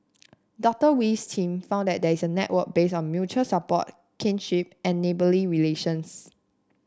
Doctor Wee's team found that there is a network based on mutual support kinship and neighbourly relations